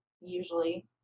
usually